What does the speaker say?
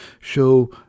show